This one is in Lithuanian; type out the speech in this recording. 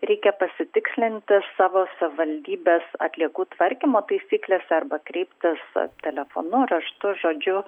reikia pasitikslinti savo savivaldybės atliekų tvarkymo taisyklėse arba kreiptis telefonu raštu žodžiu